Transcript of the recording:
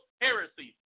heresy